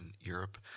Europe